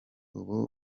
ubu